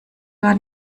gar